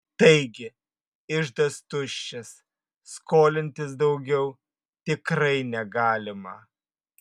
taigi iždas tuščias skolintis daugiau tikrai negalima